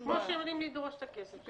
-- כמו שהם יודעים לדרוש את הכסף.